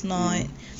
mm